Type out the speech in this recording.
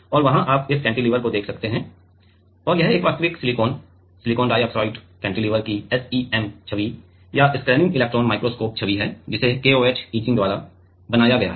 और वहां आप इस कैंटिलीवर को देखते हैं और यह एक वास्तविक सिलिकॉन सिलिकॉन डाइऑक्साइड कैंटिलीवर की SEM छवि या स्कैनिंग इलेक्ट्रॉन माइक्रोस्कोप छवि है जिसे KOH इचिंग द्वारा बनाया गया था